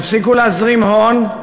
יפסיקו להזרים הון,